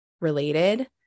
related